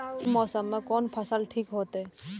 ई मौसम में कोन फसल ठीक होते?